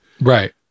Right